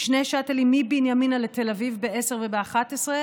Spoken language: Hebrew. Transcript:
שני שאטלים מבנימינה לתל אביב ב-22:00 וב-23:00.